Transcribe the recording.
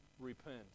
Repent